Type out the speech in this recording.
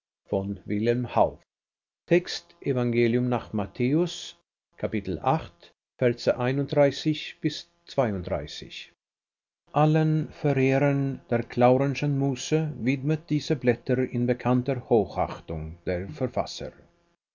matthäus allen verehrern der claurenschen muse widmet diese blätter in bekannter hochachtung der verfasser